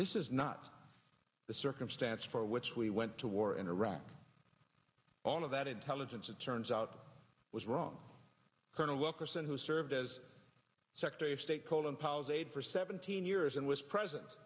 this is not the circumstance for which we went to war in iraq all of that intelligence it turns out was wrong colonel wilkerson who served as secretary of state colin powell as aid for seventeen years and was presen